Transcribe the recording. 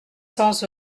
cents